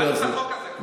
לא יזיק, לא יזיק.